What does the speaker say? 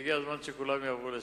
הגיע הזמן שכולם יעברו לשם.